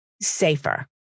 safer